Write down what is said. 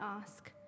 ask